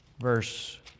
verse